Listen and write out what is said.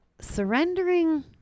surrendering